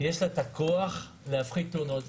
יש כוח להפחית תאונות.